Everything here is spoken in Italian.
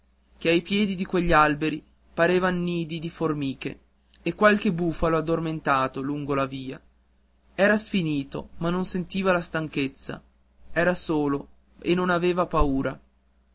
che ai piedi di quegli alberi parevan nidi di formiche e qualche bufalo addormentato lungo la via era sfinito ma non sentiva la stanchezza era solo e non aveva paura